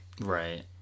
Right